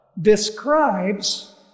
describes